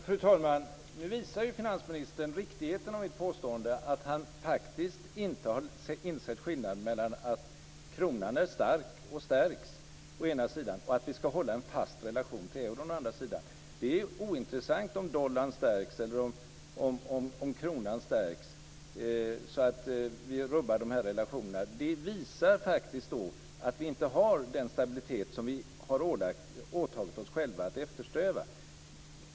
Fru talman! Nu visar finansministern riktigheten av mitt påstående att han faktiskt inte har insett skillnaden mellan att kronan är stark och stärks å ena sidan och att vi ska hålla en fast relation till euron å andra sidan. Det är ointressant om dollarn stärks eller om kronan stärks så att vi rubbar relationerna. Det visar faktiskt på att vi inte har den stabilitet som vi har åtagit oss själva att eftersträva.